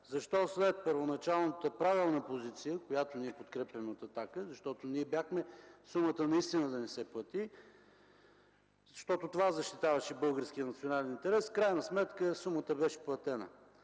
Защо след първоначалната правилна позиция, която ние от „Атака” подкрепяме, защото ние бяхме за това сумата наистина да не се плати, защото това защитаваше българския национален интерес, в крайна сметка сумата беше платена?